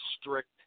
strict